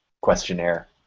questionnaire